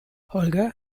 holger